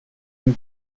and